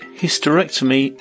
hysterectomy